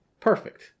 perfect